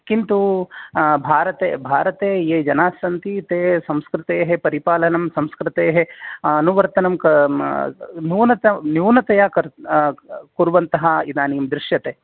किन्तु भारते भारते ये जनास्सन्ति ते संस्कृतेः परिपालनं संस्कृतेः अनुवर्तनं नूनतया न्यूनतया कुर्वन्तः इदानीं दृश्यते